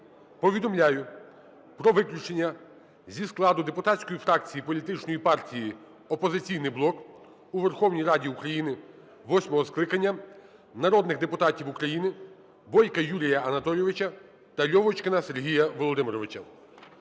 повідомляю про виключення зі складу депутатської фракції політичної партії "Опозиційний блок" у Верховній Раді України восьмого скликання народних депутатів України Бойка Юрія Анатолійовича та Льовочкіна Сергія Володимировича.